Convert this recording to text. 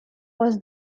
was